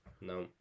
no